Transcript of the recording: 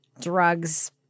drugs